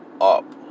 up